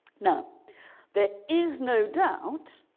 know there is no doubt